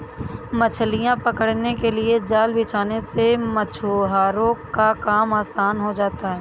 मछलियां पकड़ने के लिए जाल बिछाने से मछुआरों का काम आसान हो जाता है